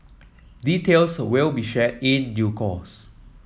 details will be shared in due course